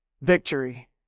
victory